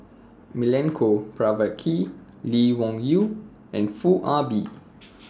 Milenko Prvacki Lee Wung Yew and Foo Ah Bee